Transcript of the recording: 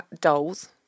dolls